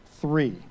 three